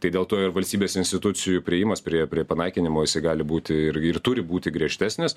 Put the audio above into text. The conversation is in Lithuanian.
tai dėl to ir valstybės institucijų priėjimas prie prie panaikinimo jisai gali būti ir ir turi būti griežtesnis